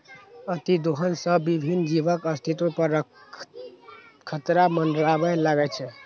अतिदोहन सं विभिन्न जीवक अस्तित्व पर खतरा मंडराबय लागै छै